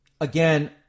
again